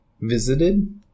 visited